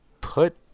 put